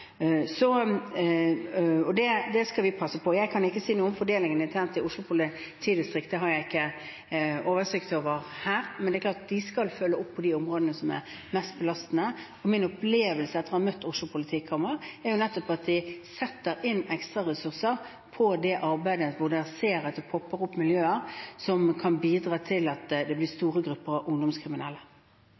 og det skal vi passe på. Jeg kan ikke si noe om fordelingen internt i Oslo politidistrikt, det har jeg ikke oversikt over her, men det er klart at de skal følge opp på de områdene som er mest belastende. Min opplevelse, etter å ha møtt Oslo politikammer, er nettopp at de setter inn ekstra ressurser på det arbeidet hvor de ser at det popper opp miljøer som kan bidra til at det blir store grupper av ungdomskriminelle.